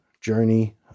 journey